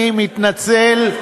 אני מתנצל.